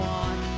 one